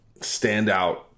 standout